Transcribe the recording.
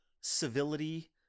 civility